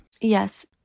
Yes